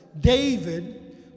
David